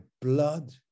blood